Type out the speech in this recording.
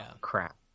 crap